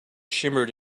shimmered